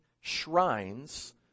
shrines